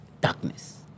darkness